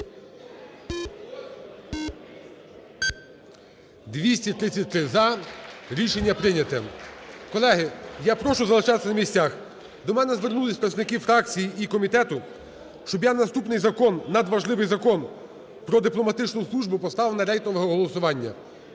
За-233 Рішення прийнято. Колеги, я прошу залишатися на місцях. До мене звернулися представники фракцій і комітету, щоб я наступний закон, надважливий Закон про дипломатичну службу, поставив на рейтингове голосування,